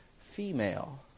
female